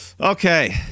okay